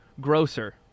Grocer